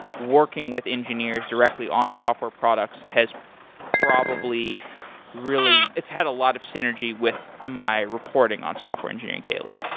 working with engineers directly on software products has probably really it's had a lot of synergy with my reporting on software engineering daily.